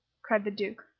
cried the duke,